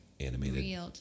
animated